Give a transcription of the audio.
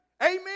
Amen